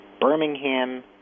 Birmingham